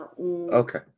Okay